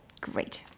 Great